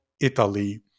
Italy